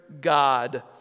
God